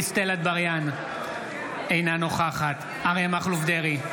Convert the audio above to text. אטבריאן, אינה נוכחת אריה מכלוף דרעי,